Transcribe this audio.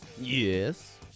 Yes